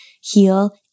heal